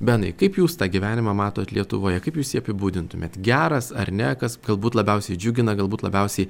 benai kaip jūs tą gyvenimą matot lietuvoje kaip jūs jį apibūdintumėt geras ar ne kas galbūt labiausiai džiugina galbūt labiausiai